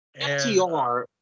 FTR